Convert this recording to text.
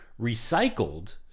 recycled